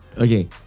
Okay